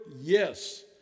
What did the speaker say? yes